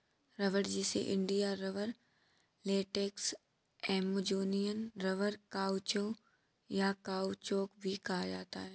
रबड़, जिसे India rubber, latex, Amazonian rubber, caucho, या काउचौक भी कहा जाता है